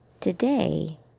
Today